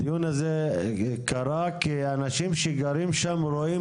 הדיון הזה קרה כי אנשים שגרים שם רואים